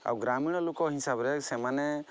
ଆଉ ଗ୍ରାମୀଣ ଲୋକ ହିସାବରେ ସେମାନେ